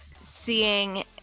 seeing